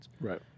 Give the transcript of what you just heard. right